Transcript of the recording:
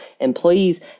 employees